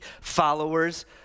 followers